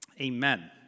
Amen